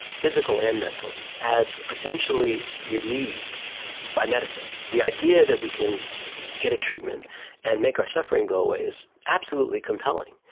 physical and mental, as potentially relieved by medicine. the idea that we can get a treatment and make our suffering go away is absolutely compelling.